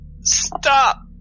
Stop